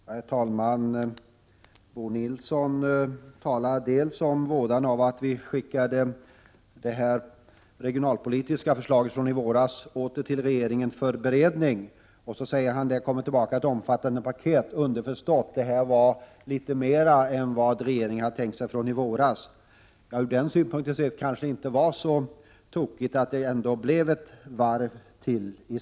Herr talman! Bo Nilsson talar om vådan av att vi skickade detta regionalpolitiska förslag från i våras till regeringen igen för beredning. Sedan säger han att det har kommit ett omfattande paket tillbaka, underförstått att det var litet mer än vad regeringen hade tänkt sig i våras. Från denna synpunkt kanske det inte var så tokigt att det ändå blev ett varv till.